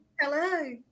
Hello